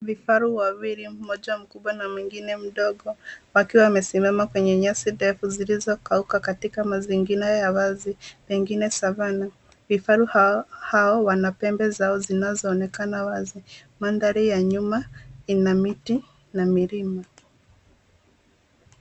Vifaru wawili, mmoja mkubwa mwingine mdogo, wakiwa wamesimama kwenye nyasi ndefu zilizokauka katika mazingira ya wazi, pengine savannah . Vifaru hao wana pembe zao zinazoonekana wazi. Mandhari ya nyuma ina miti na milima.